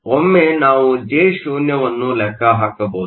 ಆದ್ದರಿಂದ ಒಮ್ಮೆ ನಾವು Jo ನ್ನು ಲೆಕ್ಕ ಹಾಕಬಹುದು